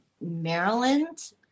Maryland